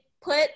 put